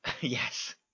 Yes